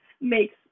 makes